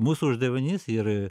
mūsų uždavinys ir